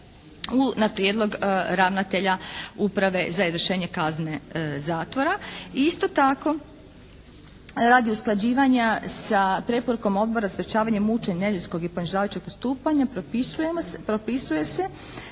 na prijedlog ravnatelja uprave za izvršenje kazne zatvora. I isto tako, radi usklađivanja sa preporukom odbora sprječavanja mučenja, neljudskog i ponižavajućeg postupanja propisuje se